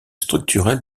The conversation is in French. structurel